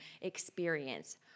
experience